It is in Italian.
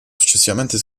successivamente